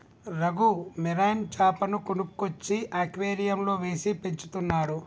Raghu marine చాపను కొనుక్కొచ్చి అక్వేరియంలో వేసి పెంచుతున్నాడు